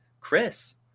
Chris